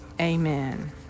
amen